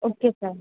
okay sir